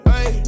Hey